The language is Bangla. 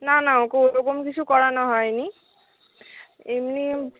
না না ওকে ওরকম কিছু করানো হয় নি এমনি